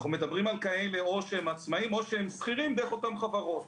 אנחנו מדברים על עצמאים או שכירים דרך אותן חברות.